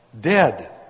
Dead